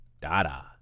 Dada